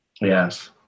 Yes